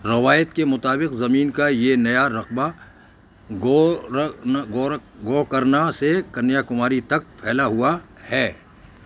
روایت کے مطابق زمین کا یہ نیا رقبہ گورک گوکرنا سے کنیا کماری تک پھیلا ہوا ہے